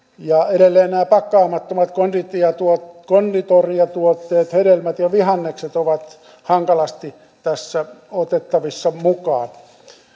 edelleen nämä pakkaamattomat konditoriatuotteet konditoriatuotteet hedelmät ja vihannekset ovat hankalasti tässä otettavissa mukaan